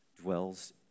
dwells